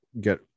get